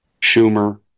Schumer